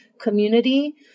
community